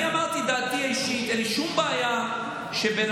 אני אמרתי את דעתי האישית: אין לי שום בעיה שבן